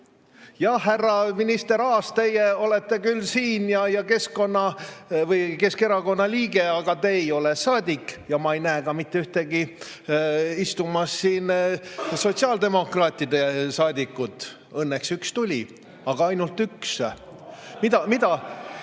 Jah, härra minister Aas, teie olete küll siin ja Keskerakonna liige, aga te ei ole saadik. Ja ma ei näe siin istumas ka mitte ühtegi sotsiaaldemokraatide saadikut. Õnneks üks tuli, aga ainult üks. Mida see